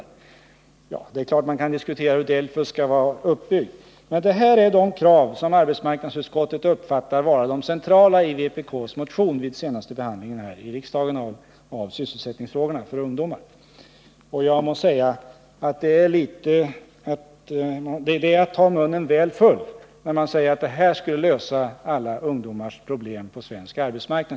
Till detta är bara att säga att naturligtvis kan man diskutera hur DELFUS skall vara uppbyggd. De krav jag nu återgivit är de som arbetsmarknadsutskottet uppfattat vara de centrala i vpk:s motion. Det är de åtgärder man föreslog i samband med behandlingen här i riksdagen av frågan om sysselsättningsläget för ungdomen, och jag må säga att det är att ta munnen väl full när man säger att dessa åtgärder skulle lösa alla ungdomsproblem på svensk arbetsmarknad.